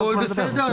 הכול בסדר,